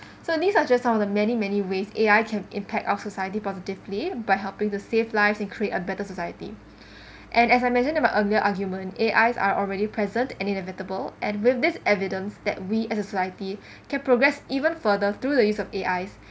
so these are just some of the many many ways A_I can impact our society positively by helping to save lives and create a better society and as I mentioned about earlier argument A_I are already present and inevitable and with this evidence that we as a society can progress even further through the use of A_I